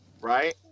right